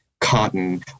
cotton